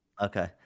Okay